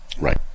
Right